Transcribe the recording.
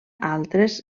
altres